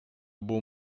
beau